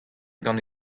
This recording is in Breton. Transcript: gant